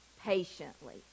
patiently